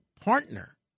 partner